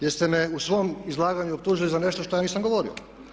Jer ste me u svom izlaganju optužili za nešto što ja nisam govorio.